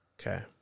Okay